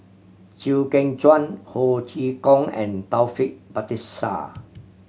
Chew Kheng Chuan Ho Chee Kong and Taufik Batisah